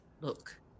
Look